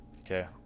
Okay